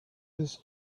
his